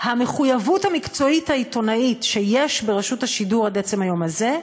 המחויבות המקצועית העיתונאית שיש ברשות השידור עד עצם היום הזה,